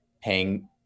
paying